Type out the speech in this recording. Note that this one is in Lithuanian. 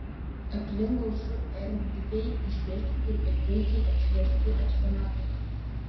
aplink gausu erdviai išdėstytų ir puikiai apšviestų eksponatų